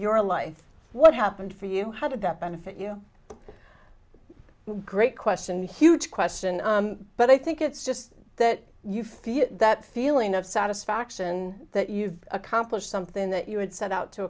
your life what happened for you how did that benefit you great question huge question but i think it's just that you feel that feeling of satisfaction that you've accomplished something that you had set out to